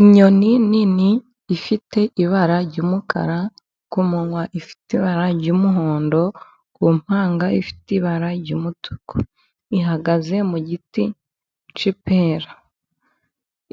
Inyoni nini ifite ibara ry'umukara, ku munwa ifite ibara ry'umuhondo, ku mpanga ifite ibara ry'umutuku, ihagaze mu giti cy'ipera.